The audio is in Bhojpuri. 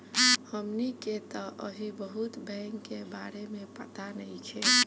हमनी के तऽ अभी बहुत बैंक के बारे में पाता नइखे